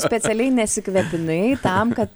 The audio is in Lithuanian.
specialiai nesikvepinai tam kad